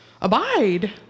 abide